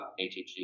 ATG